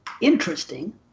interesting